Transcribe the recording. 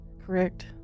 correct